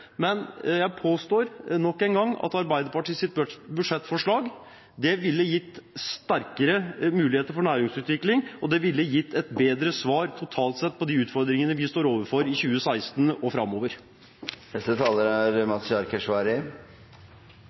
men jeg påstår nok en gang at Arbeiderpartiets budsjettforslag ville gitt sterkere muligheter for næringsutvikling, og det ville gitt et bedre svar, totalt sett, på de utfordringene vi står overfor i 2016 og framover. Hele hovedinnlegget mitt dreide seg om at når vi er